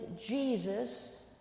Jesus